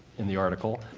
in the article.